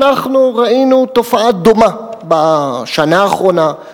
אנחנו ראינו תופעה דומה בשנה האחרונה,